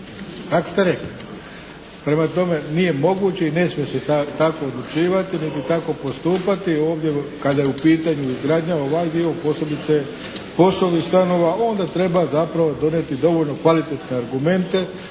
Tak' ste rekli. Prema tome, nije moguće i ne smije se tako odlučivati niti tako postupati ovdje kada je u pitanju izgradnja, ovaj dio, posebice POS-ovih stanova. Onda treba zapravo donijeti dovoljno kvalitetne argumente